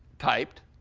typed.